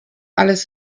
alles